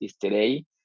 today